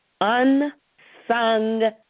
unsung